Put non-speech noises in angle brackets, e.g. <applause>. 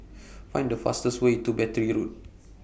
<noise> Find The fastest Way to Battery Road